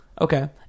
Okay